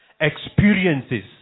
experiences